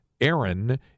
Aaron